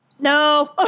No